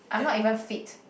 I'm not even fit